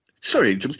sorry